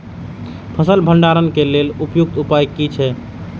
फसल भंडारण के लेल उपयुक्त उपाय कि छै?